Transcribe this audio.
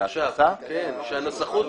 בעניין הזה.